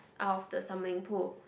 out off the summoning pool